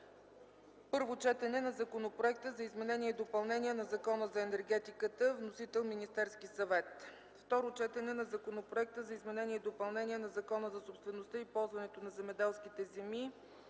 Първо четене на Законопроекта за изменение и допълнение на Закона за енергетиката. Вносител: Министерски съвет. 2. Второ четене на Законопроекта за изменение и допълнение на Закона за собствеността и ползването на земеделските земи.